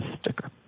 sticker